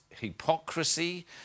hypocrisy